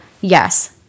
yes